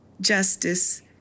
Justice